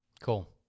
Cool